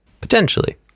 potentially